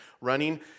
running